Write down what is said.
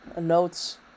notes